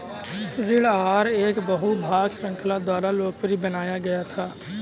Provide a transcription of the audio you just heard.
ऋण आहार एक बहु भाग श्रृंखला द्वारा लोकप्रिय बनाया गया था